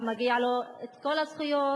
ומגיעות לו כל הזכויות,